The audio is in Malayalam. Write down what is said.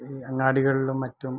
ഈ അങ്ങാടികളിലും മറ്റും